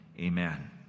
Amen